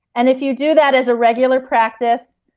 and if you do that as a regular practice.